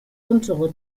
untere